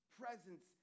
presence